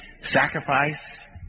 sacrifice